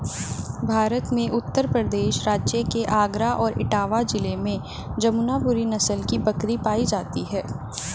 भारत में उत्तर प्रदेश राज्य के आगरा और इटावा जिले में जमुनापुरी नस्ल की बकरी पाई जाती है